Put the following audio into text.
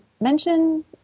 mention